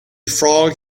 frog